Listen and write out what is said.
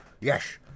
Yes